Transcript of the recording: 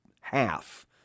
half